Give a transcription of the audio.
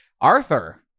Arthur